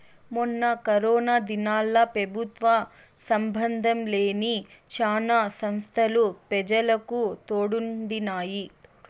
మొన్న కరోనా దినాల్ల పెబుత్వ సంబందం లేని శానా సంస్తలు పెజలకు తోడుండినాయి